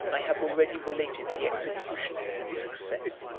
i have already related the execution and success.